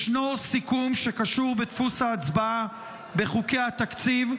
ישנו סיכום שקשור בדפוס ההצבעה בחוקי התקציב,